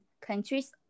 countries